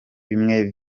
bimwe